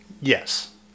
Yes